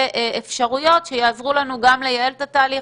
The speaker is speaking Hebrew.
אפשרויות שיעזרו לנו גם לייעל את התהליך,